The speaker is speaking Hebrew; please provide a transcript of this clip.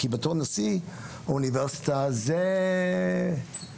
כי בתור נשיא האוניברסיטה זה ממחוייבותי.